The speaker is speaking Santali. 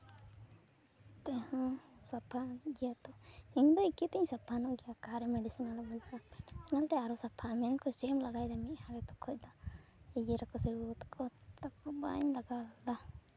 ᱛᱮᱦᱚᱸ ᱥᱟᱯᱟ ᱜᱮ ᱡᱮᱦᱮᱛᱩ ᱤᱧ ᱫᱚ ᱮᱠᱤᱛᱤᱧ ᱥᱟᱯᱷᱟ ᱧᱚᱜ ᱜᱮᱭᱟ ᱚᱠᱟᱨᱮ ᱢᱤᱰᱤᱥᱚᱱᱟᱞ ᱚᱱᱟᱛᱮ ᱟᱨᱚ ᱥᱟᱯᱷᱟ ᱢᱮᱱᱟᱠᱚ ᱪᱮᱫ ᱮᱢ ᱢᱮᱸᱫᱼᱦᱟ ᱠᱷᱚᱡ ᱫᱚ ᱮᱜᱮᱨᱟᱠᱚ ᱥᱮ ᱜᱚᱜᱚ ᱛᱟᱠᱚ ᱛᱚᱠᱷᱚᱱ ᱵᱟᱧ ᱞᱟᱜᱟᱣᱮᱫᱟ